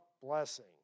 blessing